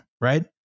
right